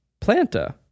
Planta